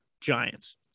Giants